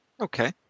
Okay